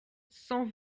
cent